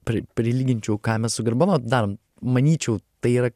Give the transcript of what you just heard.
pri prilyginčiau ką mes su garbanotu darom manyčiau tai yra